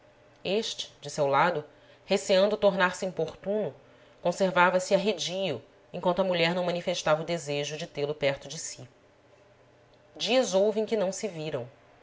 este de seu lado receando tornar-se importuno conservava-se arredio enquanto a mulher não manifestava o desejo de tê-lo perto de si dias houve em que não se viram